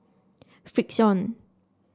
Frixion